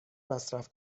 مصرف